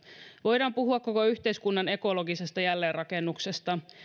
voidaan puhua koko yhteiskunnan ekologisesta jälleenrakennuksesta